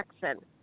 Jackson